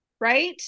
right